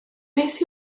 beth